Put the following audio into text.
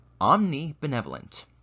omnibenevolent